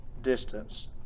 distance